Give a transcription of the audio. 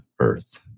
earth